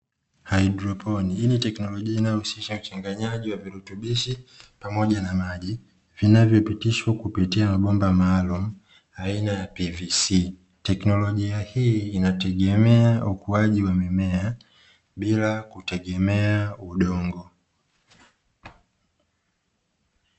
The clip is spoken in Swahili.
Haidroponi hii ni teknolojia inayohusisha uchanganyaji wa virutubishi pamoja na maji vinavyopitishwa kupitia mabomba maalumu aina ya pvc, teknolojia hii inategemea ukuaji wa mimea bila kutegemea udongo.